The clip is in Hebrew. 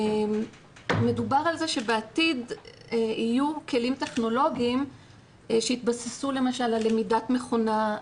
מדובר על זה שבעתיד יהיו כלים טכנולוגיים שיתבססו למשל על למידת מכונה,